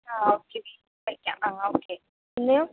ആ ഓക്കേ ആ ഓക്കേ